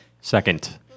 Second